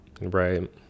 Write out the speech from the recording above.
right